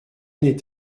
n’est